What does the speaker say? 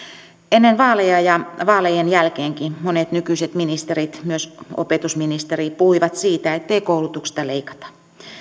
ennen vaaleja ja vaalien jälkeenkin monet nykyiset ministerit myös opetusministeri puhuivat siitä ettei koulutuksesta leikata